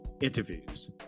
interviews